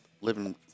Living